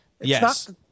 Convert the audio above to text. Yes